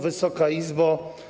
Wysoka Izbo!